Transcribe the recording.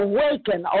Awaken